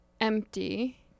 empty